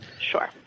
Sure